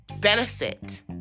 benefit